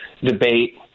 debate